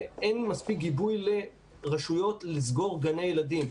ואין מספיק גיבוי לרשויות לסגור גני ילדים,